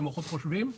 למוחות חושבים,